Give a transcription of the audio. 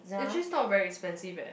actually it's not very expensive eh